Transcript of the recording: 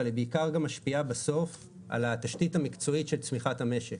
אבל היא בעיקר גם משפיעה בסוף על התשתית המקצועית של צריכת המשק.